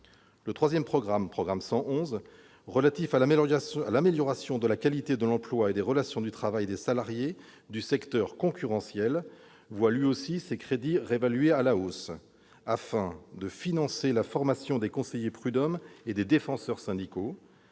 formation. Le programme 111, relatif à l'amélioration de la qualité de l'emploi et des relations du travail des salariés du secteur concurrentiel, voit, lui aussi, ses crédits réévalués à la hausse afin de financer la formation des conseillers prud'hommes et des défenseurs syndicaux